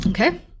Okay